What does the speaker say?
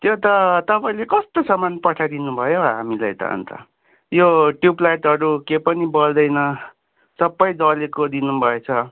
त्यो त तपाईँले कस्तो सामान पठाइदिनु भयो हामीलाई त अन्त यो ट्युबलाइटहरू केही पनि बल्दैन सबै जलेको दिनुभएछ